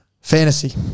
Fantasy